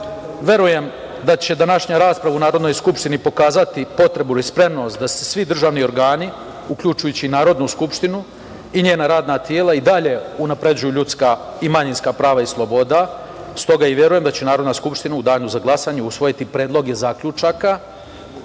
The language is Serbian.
verujem da će današnja rasprava u Narodnoj skupštini pokazati potrebu ili spremnost da se svi državni organi, uključujući i Narodnu skupštinu, i njena radna tela i dalje unapređuju ljudska i manjinska prava i slobode, stoga i verujem da će Narodna skupština u danu za glasanje usvojiti predloge zaključaka